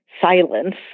silence